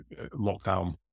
Lockdown